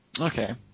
Okay